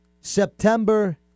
September